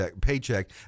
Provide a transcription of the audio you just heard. paycheck